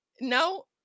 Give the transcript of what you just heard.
No